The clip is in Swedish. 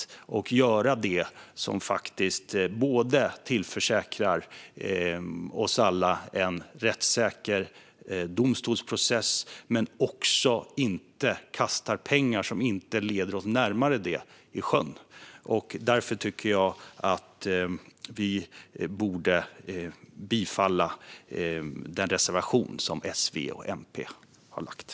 Vi måste göra det som tillförsäkrar oss alla en rättssäker domstolsprocess men inte kasta pengar i sjön genom att använda dem till sådant som inte leder oss närmare det vi vill uppnå. Därför tycker jag att vi borde bifalla den reservation som S, V och MP har lämnat.